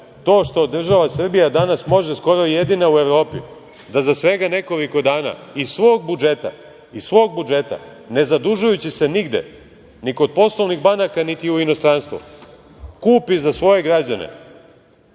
to što država Srbija danas može skoro jedina u Evropi da za svega nekoliko dana iz svog budžeta, ne zadužujući se nigde, ni kod poslovnih banaka, niti u inostranstvo, kupi za svoje građane